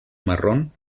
marrón